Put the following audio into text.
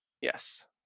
yes